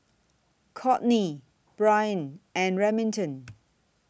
Kourtney Brien and Remington